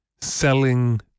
selling